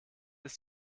ist